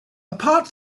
apart